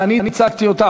שאני הצגתי אותה,